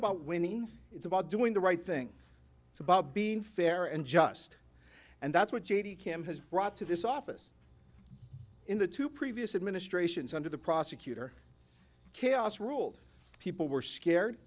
about winning it's about doing the right thing it's about being fair and just and that's what j t cam has brought to this office in the two previous administrations under the prosecutor chaos rule people were scared